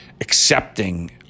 accepting